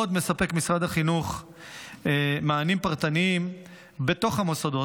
עוד מספק משרד החינוך מענים פרטניים בתוך המוסדות,